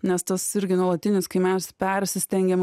nes tas irgi nuolatinis kai mes persistengiam